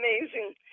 amazing